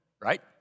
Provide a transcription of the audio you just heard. right